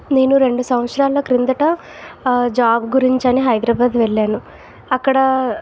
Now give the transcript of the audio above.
నేను రెండు సంవత్సరాల క్రిందట జాబ్ గురించి అని హైదరాబాదు వెళ్ళాను అక్కడ